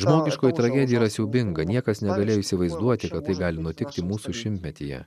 žmogiškoji tragedija yra siaubinga niekas negalėjo įsivaizduoti kad tai gali nutikti mūsų šimtmetyje